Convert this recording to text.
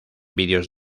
videos